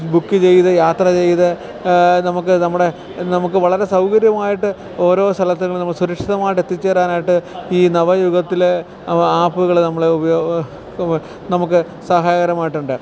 book ചെയ്ത് യാത്ര ചെയ്ത് നമുക്ക് നമ്മുടെ നമുക്ക് വളരെ സൗകര്യമായിട്ട് ഓരോ സ്ഥലത്തും നമുക്ക് സുരക്ഷിതമായിട്ട് എത്തിച്ചേരാനായിട്ട് ഈ നവയുഗത്തിലെ ആപ്പുകൾ നമ്മൾ ഉപയോഗം നമുക്ക് സഹായകരമായിട്ടുണ്ട്